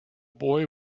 boy